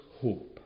hope